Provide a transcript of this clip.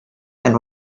and